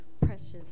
precious